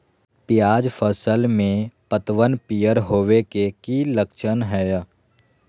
प्याज फसल में पतबन पियर होवे के की लक्षण हय?